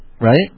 Right